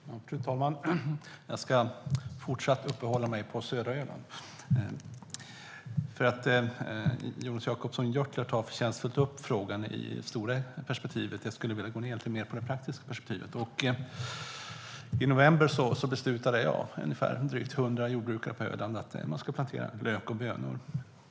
Fru talman! Jag ska även fortsatt uppehålla mig vid södra Öland. Jonas Jacobsson Gjörtler tog förtjänstfullt upp frågan i det stora perspektivet. Jag skulle vilja gå ned till det praktiska perspektivet.I november beslutade ungefär hundra jordbrukare på Öland att de skulle plantera lök och bönor.